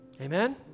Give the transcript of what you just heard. Amen